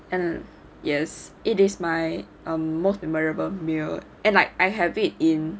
and yes it is my most memorable meal and like I have it in